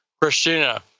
Christina